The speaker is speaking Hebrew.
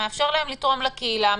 מאפשר להם לתרום לקהילה,